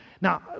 Now